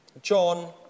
John